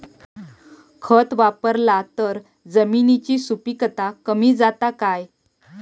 खत वापरला तर जमिनीची सुपीकता कमी जाता काय?